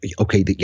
Okay